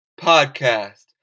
Podcast